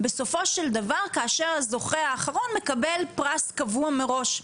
בסופו של דבר כאשר הזוכה האחרון מקבל פרס קבוע מראש,